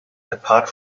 apart